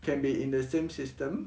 can be in the same system